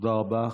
תודה רבה.